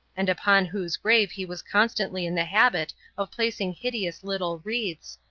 and upon whose grave he was constantly in the habit of placing hideous little wreaths,